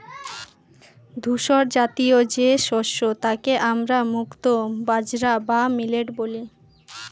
ধূসরজাতীয় যে শস্য তাকে আমরা মুক্তো বাজরা বা মিলেট বলি